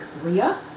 RIA